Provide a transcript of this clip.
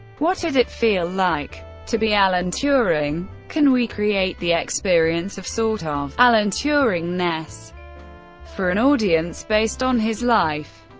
what'd it feel like to be alan turing? can we create the experience of sort of alan turing-ness for an audience based on his life?